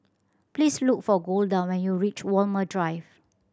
please look for Golda when you reach Walmer Drive